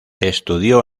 estudió